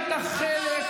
היית חולה,